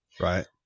Right